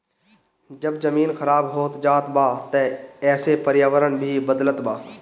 जब जमीन खराब होत जात बा त एसे पर्यावरण भी बदलत बा